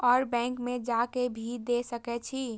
और बैंक में जा के भी दे सके छी?